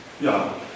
Ja